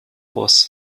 was